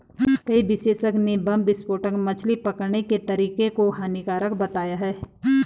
कई विशेषज्ञ ने बम विस्फोटक मछली पकड़ने के तरीके को हानिकारक बताया है